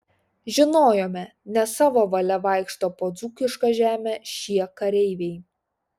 žinojome ne savo valia vaikšto po dzūkišką žemę šie kareiviai